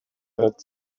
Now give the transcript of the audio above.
that